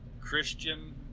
Christian